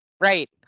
Right